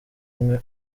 ubumwe